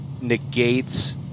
negates